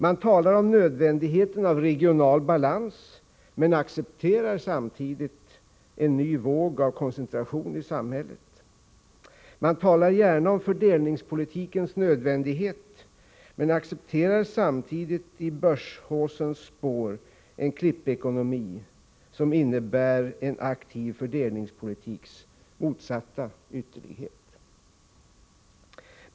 Man talar om nödvändigheten av regional balans, men man accepterar samtidigt en ny våg av koncentration i samhället. Man talar gärna om fördelningspolitikens nödvändighet, men man accepterar samtidigt i börshaussens spår en klippekonomi som innebär en aktiv fördelningspolitiks motsatta ytterlighet.